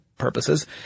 purposes